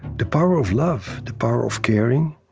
the power of love, the power of caring,